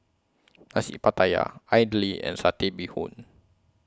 Nasi Pattaya Idly and Satay Bee Hoon